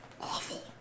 awful